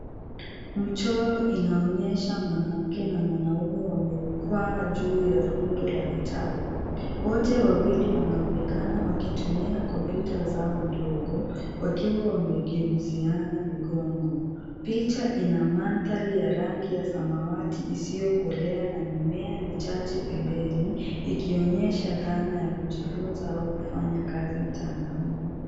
Mchoro inaonyesha mwanamke na mwanamume wamekuwa juu ya rundo la vitabu. Wote wawili wanaonekana wakitumia kompyuta zao ndogo, wakiwa wamegeuziana migongo. Picha ina mandhari ya rangi ya samawati isiyokolea na mimea michache pembeni ikionyesha dhana ya kujifunza au kufanya kazi mtandaoni.